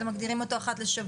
אתם מגדירים אותו אחת לשבוע.